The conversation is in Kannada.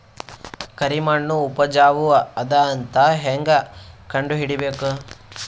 ಕರಿಮಣ್ಣು ಉಪಜಾವು ಅದ ಅಂತ ಹೇಂಗ ಕಂಡುಹಿಡಿಬೇಕು?